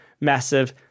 massive